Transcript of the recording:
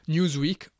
Newsweek